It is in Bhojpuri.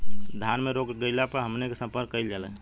धान में रोग लग गईला पर हमनी के से संपर्क कईल जाई?